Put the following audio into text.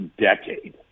decade